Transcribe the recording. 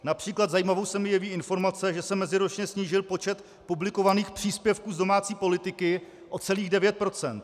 Například zajímavou se mi jeví informace, že se meziročně snížil počet publikovaných příspěvků z domácí politiky o celých 9 %.